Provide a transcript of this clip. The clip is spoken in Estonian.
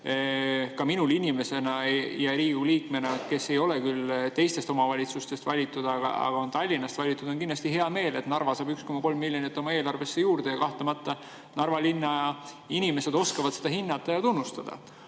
ka minul inimesena ja Riigikogu liikmena, kes ei ole küll teistest omavalitsustest valitud, vaid on Tallinnast valitud, on kindlasti hea meel, et Narva saab 1,3 miljonit oma eelarvesse juurde. Kahtlemata Narva linna inimesed oskavad seda hinnata ja tunnustada.